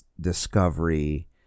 Discovery